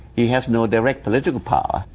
he has no direct political power,